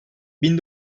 bin